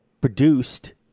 produced